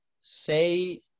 say